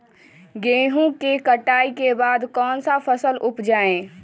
गेंहू के कटाई के बाद कौन सा फसल उप जाए?